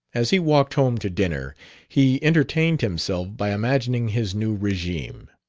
as he walked home to dinner he entertained himself by imagining his new regime.